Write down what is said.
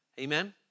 Amen